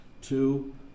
Two